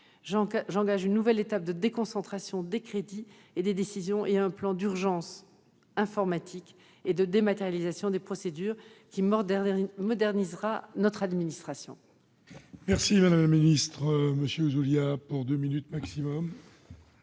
j'engage une nouvelle étape de déconcentration des crédits et des décisions, et un plan d'urgence informatique et de dématérialisation des procédures qui modernisera notre administration.